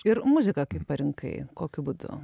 ir muziką kaip parinkai kokiu būdu